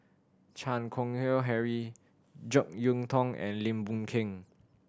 Chan Keng Howe Harry Jek Yeun Thong and Lim Boon Keng